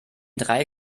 drei